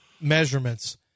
measurements